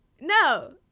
No